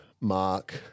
Mark